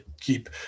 keep